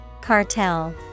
Cartel